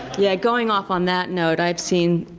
yeah going off on that note, i've seen